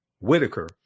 Whitaker